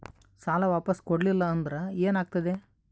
ಸಾಲ ವಾಪಸ್ ಕೊಡಲಿಲ್ಲ ಅಂದ್ರ ಏನ ಆಗ್ತದೆ?